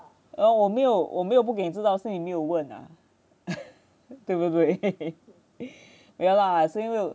oh 我没有我没有不给你知道是你没有问啊 对不对没有啦是因为